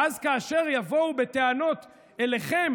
ואז, כאשר יבואו בטענות אליכם